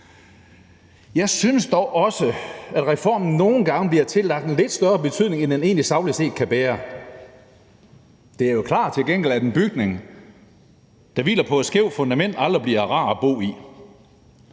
Jeg synes dog også, at reformen nogle gange bliver tillagt en lidt større betydning, end den egentlig sagligt set kan bære. Det er jo til gengæld klart, at en bygning, der hviler på et skævt fundament, aldrig bliver rar at bo i.